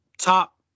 top